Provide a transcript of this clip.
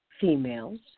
females